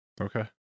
Okay